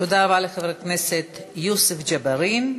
תודה לחבר הכנסת יוסף ג'בארין.